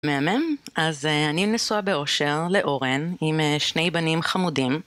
מהמם. אז אני נשואה באושר לאורן עם שני בנים חמודים.